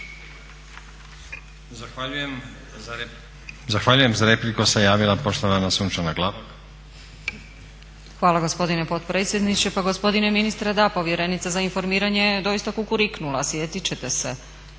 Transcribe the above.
Zahvaljujem. Za repliku se javila poštovana Sunčana Glavak. **Glavak, Sunčana (HDZ)** Hvala gospodine potpredsjedniče. Pa gospodine ministre da, povjerenica za informiranje je doista kukuriknula, sjetiti ćete se.